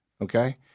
okay